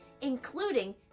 including